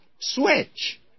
switch